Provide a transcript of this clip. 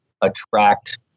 attract